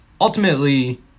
ultimately